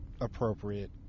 appropriate